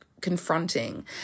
confronting